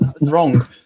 wrong